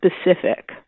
specific